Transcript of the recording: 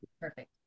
Perfect